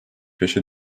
beşe